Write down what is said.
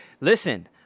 Listen